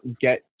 get